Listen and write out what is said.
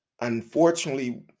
unfortunately